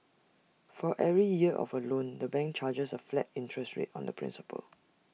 for every year of A loan the bank charges A flat interest rate on the principal